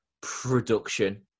production